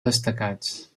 destacats